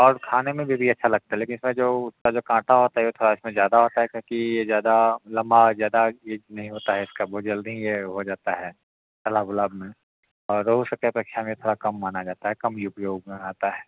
और खाने में भी भी अच्छा लगता है लेकिन इसमें जो उसका जो काँटा होता है थोड़ा उसमें ज़्यादा होता है इसमें कि ये ज़्यादा लम्बा ज़्यादा ये नहीं होता है इसका बहुत जल्दी ये हो जाता है तलाब उलाब में और रोहू सब के अपेक्षा में थोड़ा कम माना जाता है कम उपयोग में आता है